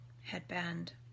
headband